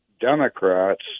Democrats